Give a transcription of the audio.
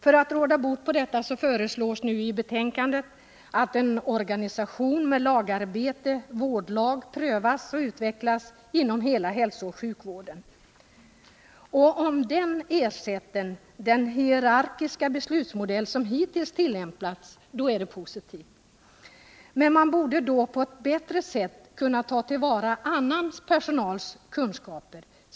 För att råda bot på detta föreslås i betänkandet att en organisation med lagarbete/vårdlag prövas och utvecklas inom hela hälsooch sjukvården. Om den ersätter den hierarkiska beslutsmodell som hittills tillämpats är det positivt. Man borde då på ett bättre sätt kunna ta till vara annan personals kunskaper.